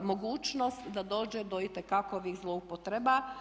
mogućnost da dođe do itekakovih zloupotreba.